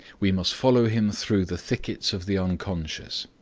we must follow him through the thickets of the unconscious,